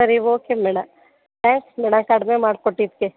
ಸರಿ okay madam thanks madam ಕಡಿಮೆ ಮಾಡಿಕೊಟ್ಟಿದ್ಕೆ